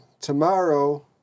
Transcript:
tomorrow